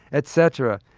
et cetera.